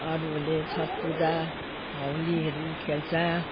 अरूहरूले छठ पूजा होलीहरू खेल्छ